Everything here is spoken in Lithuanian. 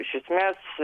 iš esmės